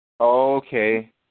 Okay